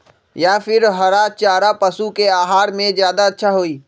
या फिर हरा चारा पशु के आहार में ज्यादा अच्छा होई?